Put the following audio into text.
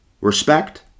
Respect